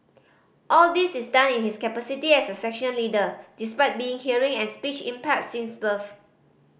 all this is done in his capacity as a section leader despite being hearing and speech impaired since birth